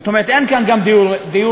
זאת אומרת, אין כאן גם דיור בר-השגה.